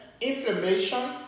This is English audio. inflammation